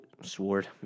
sword